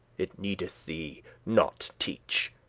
it needeth thee nought teach.